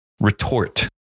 retort